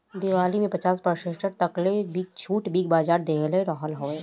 दीपावली में तअ पचास प्रतिशत तकले कअ छुट बिग बाजार देहले रहल हवे